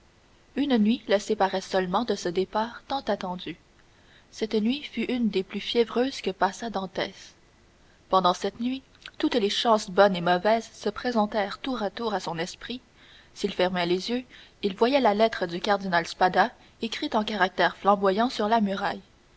une nuit le séparait seulement de ce départ tant attendu cette nuit fut une des plus fiévreuses que passa dantès pendant cette nuit toutes les chances bonnes et mauvaises se présentèrent tour à tour à son esprit s'il fermait les yeux il voyait la lettre du cardinal spada écrite en caractères flamboyants sur la muraille